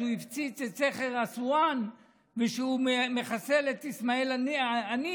אחרי שהוא הפציץ את סכר אסואן ושהוא מחסל את אסמאעיל הנייה,